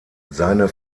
seine